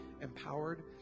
empowered